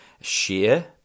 share